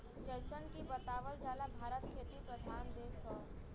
जइसन की बतावल जाला भारत खेती प्रधान देश हौ